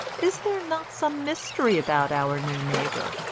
is there not some mystery about our new neighbour?